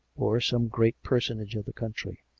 or some great personage of the country.